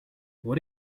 what